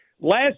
Last